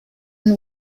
and